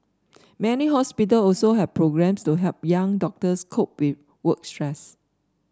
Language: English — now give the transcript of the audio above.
many hospital also have programmes to help young doctors cope with work stress